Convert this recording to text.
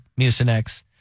Mucinex